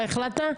מה החלטת?